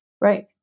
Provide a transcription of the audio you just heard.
right